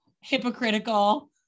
hypocritical